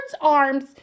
arms